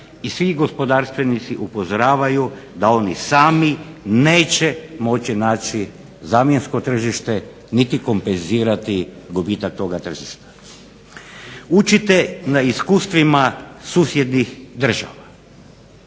i svi gospodarstvenici upozoravaju da oni sami neće moći naći zamjensko tržište niti kompenzirati gubitak toga tržišta. Učite na iskustvima susjednih država.